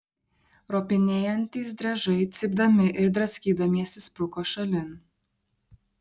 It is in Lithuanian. ropinėjantys driežai cypdami ir draskydamiesi spruko šalin